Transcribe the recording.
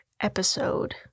episode